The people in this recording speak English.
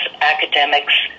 academics